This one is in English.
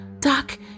Doc